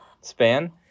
span